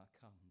comes